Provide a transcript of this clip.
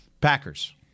Packers